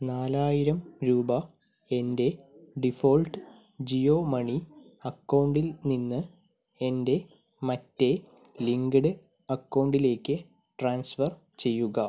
നാലായിരം രൂപ എൻ്റെ ഡിഫോൾട്ട് ജിയോ മണി അക്കൗണ്ടിൽ നിന്ന് എൻ്റെ മറ്റേ ലിങ്ക്ഡ് അക്കൗണ്ടിലേക്ക് ട്രാൻസ്ഫർ ചെയ്യുക